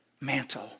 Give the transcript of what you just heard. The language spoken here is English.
mantle